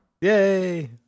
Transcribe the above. Yay